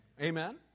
Amen